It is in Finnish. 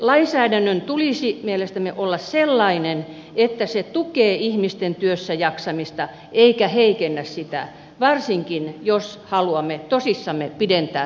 lainsäädännön tulisi mielestämme olla sellainen että se tukee ihmisten työssäjaksamista eikä heikennä sitä varsinkin jos haluamme tosissamme pidentää työuria